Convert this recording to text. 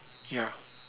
ya